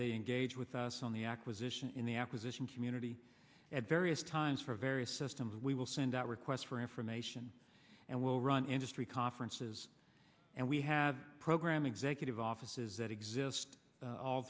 they engage with us on the acquisition in the acquisition community at various times for various systems we will send out requests for information and will run industry conferences and we have program executive offices that exist